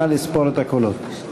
נא לספור את הקולות.